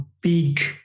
big